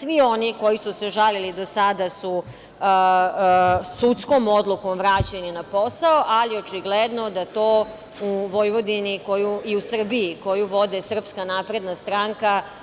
Svi oni koji su se žalili do sada su sudskom odlukom vraćeni na posao, ali očigledno da u Vojvodini i u Srbiji koju vode SNS